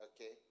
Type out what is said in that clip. Okay